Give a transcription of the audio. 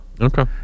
Okay